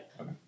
Okay